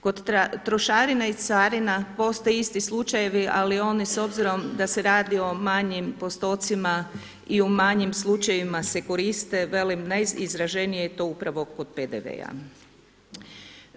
Kod trošarina i carina postoje isti slučajevi ali oni s obzirom da se radi o manjim postocima i u manjim slučajevima se koriste, velim najizraženije je to upravo kod PDV-a.